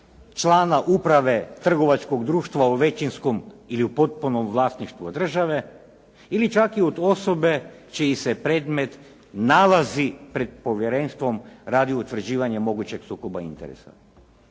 člana uprave trgovačkog društva u većinskom ili u potpunom vlasništvu države ili čak i od osobe čiji se predmet nalazi pred povjerenstvom radi utvrđivanja mogućeg sukoba interesa.